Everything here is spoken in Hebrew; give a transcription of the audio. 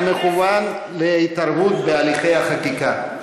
"המכוון להתערבות בהליכי החקיקה".